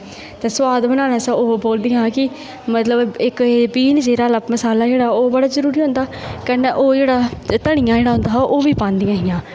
ते स्वाद बनाने आस्तै ओह् बोलदियां ही कि मतलब इक बीन जीरा जेह्ड़ा मसाला जेह्ड़ा ओह् बड़ा जरूरी होंदा कन्नै ओह् जेह्ड़ा धनिया जेह्ड़ा होंदा ओह् बी पादियां हियां